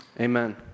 Amen